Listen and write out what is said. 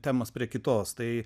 temos prie kitos tai